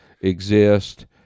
exist